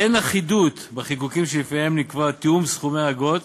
אין אחידות בחיקוקים שלפיהם נקבע תיאום סכומי האגרות,